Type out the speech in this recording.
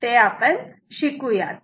ते आपण शिकू यात